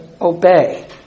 obey